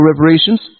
reparations